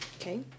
Okay